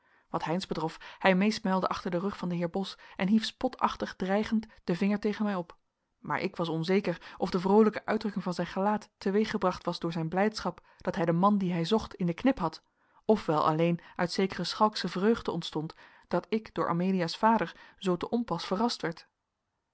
wat heynsz betrof hij meesmuilde achter den rug van den heer bos en hief spotachtig dreigend den vinger tegen mij op maar ik was onzeker of de vroolijke uitdrukking van zijn gelaat teweeggebracht was door zijn blijdschap dat hij den man dien hij zocht in de knip had of wel alleen uit zekere schalksche vreugde ontstond dat ik door amelia's vader zoo te onpas verrast werd